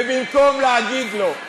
ובמקום להגיד לו: